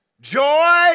joy